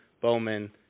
Bowman